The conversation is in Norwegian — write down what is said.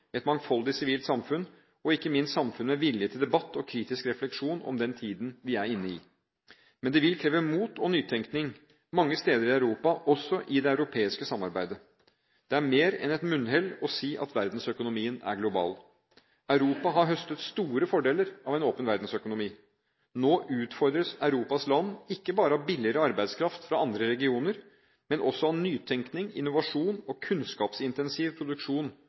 et mangfoldig sivilt samfunn og ikke minst samfunn med vilje til debatt og kritisk refleksjon om den tiden vi er inne i. Men det vil kreve mot og nytenkning mange steder i Europa, også i det europeiske samarbeidet. Det er mer enn et munnhell å si at verdensøkonomien er global. Europa har høstet store fordeler av en åpen verdensøkonomi. Nå utfordres Europas land, ikke bare av billigere arbeidskraft fra andre regioner, men også av nytenkning, innovasjon og kunnskapsintensiv produksjon